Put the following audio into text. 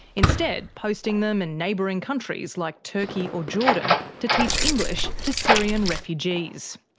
instead posting them in neighbouring countries like turkey or jordan to teach english to syrian refugees.